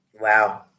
Wow